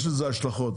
יש לזה השלכות.